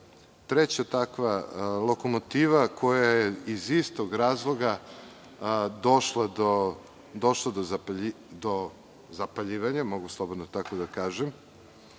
treća takva lokomotiva koja je iz istog razloga došlo do zapaljivanja, mogu slobodno tako da kažem.